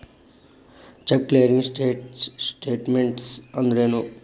Check clearing status ಅಂದ್ರೇನು?